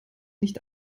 nicht